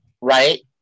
right